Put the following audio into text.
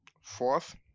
Fourth